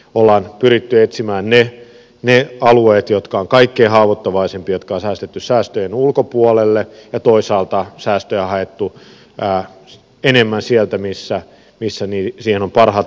ollaan pyritty etsimään ne alueet jotka ovat kaikkein haavoittuvaisimpia ja ne on säästetty säästöjen ulkopuolelle ja toisaalta säästöjä on haettu enemmän sieltä missä niihin on parhaat mahdollisuudet